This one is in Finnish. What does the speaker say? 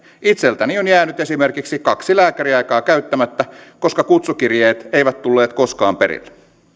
itseltäni on jäänyt esimerkiksi kaksi lääkäriaikaa käyttämättä koska kutsukirjeet eivät tulleet koskaan perille